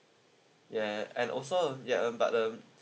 ya and also ya um but um